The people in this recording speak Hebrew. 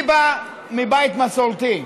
אני בא מבית מסורתי.